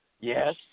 Yes